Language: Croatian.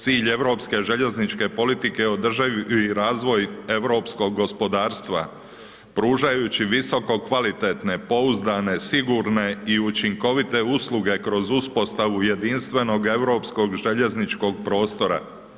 Cilj europske željezničke politike ... razvoj europskog gospodarstva pružajući visokokvalitetne pouzdane, sigurno i učinkovite usluge kroz uspostavu jedinstvenog europskog željezničkog prostora.